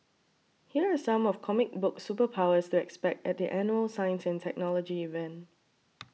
here are some of comic book superpowers to expect at the annual science and technology event